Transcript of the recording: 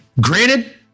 granted